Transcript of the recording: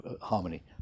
harmony